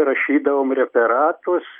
rašydavom referatus